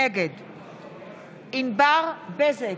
נגד ענבר בזק,